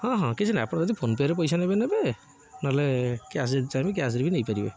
ହଁ ହଁ କିଛି ନାହିଁ ଆପଣ ଯଦି ଫୋନ ପେ'ରେ ପଇସା ନେବେ ନେବେ ନହେଲେ କ୍ୟାସରେ ଯଦି ଚାହିଁବେ କ୍ୟାସରେ ବି ନେଇପାରିବେ